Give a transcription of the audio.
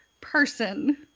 person